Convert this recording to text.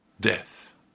death